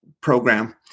program